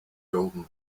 golden